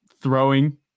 throwing